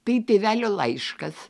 tai tėvelio laiškas